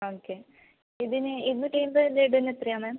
okay ഇതിന് ഇരുനൂറ്റൻപത് ലഡുവിന് എത്രയാണ് മാം